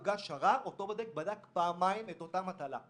הוגש ערר, ואותו בודק בדק פעמיים את אותה מטלה.